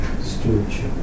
stewardship